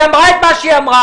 היא אמרה את מה שהיא אמרה.